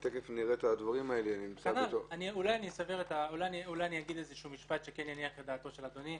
אולי אני אגיד משפט שכן יניח את דעתו של אדוני.